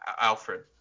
Alfred